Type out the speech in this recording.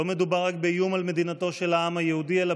לא מדובר רק באיום על מדינתו של העם היהודי אלא